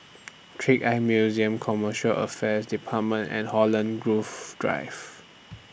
Trick Eye Museum Commercial Affairs department and Holland Grove Drive